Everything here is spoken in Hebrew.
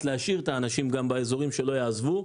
להשאיר את האנשים באזורים ושלא יעזבו.